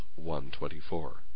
1.24